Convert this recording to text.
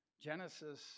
Genesis